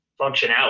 functionality